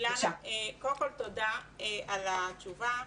קודם כל תודה על התשובה.